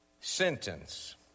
sentence